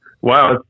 Wow